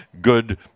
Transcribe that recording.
good